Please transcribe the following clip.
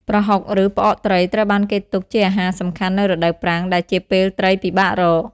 ប្រហុក ឬ ផ្អកត្រី ត្រូវបានគេទុកជាអាហារសំខាន់នៅរដូវប្រាំង ដែលជាពេលត្រីពិបាករក។